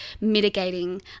mitigating